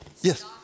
Yes